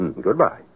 Goodbye